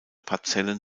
parzellen